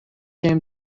can